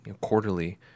quarterly